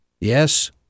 Yes